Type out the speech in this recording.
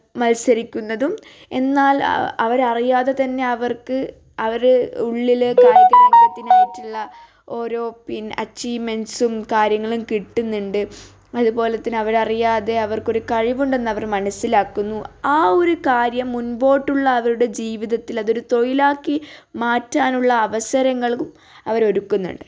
മത്സരിക്കുന്നതും എന്നാൽ അവരറിയാതെത്തന്നെ അവർക്ക് അവര് ഉള്ളില് കായികരംഗത്തിനായിട്ടുള്ള ഓരോ പിന്നെ അച്ചീവ്മെൻ്റ്സും കാര്യങ്ങളും കിട്ടുന്നുണ്ട് അതുപോലെത്തന്നെ അവരറിയാതെ അവർക്കൊരു കഴിവുണ്ടെന്ന് അവർ മനസിലാക്കുന്നു ആ ഒരു കാര്യം മുൻപോട്ടുള്ള അവരുടെ ജീവിതത്തിൽ അതൊരു തൊഴിലാക്കി മാറ്റാനുള്ള അവസരങ്ങൾ അവര് ഒരുക്കുന്നുണ്ട്